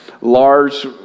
large